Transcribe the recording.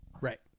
Right